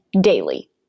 daily